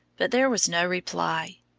but there was no reply.